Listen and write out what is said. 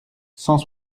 cent